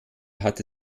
hatte